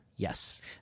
Yes